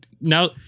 Now